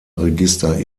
register